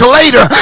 later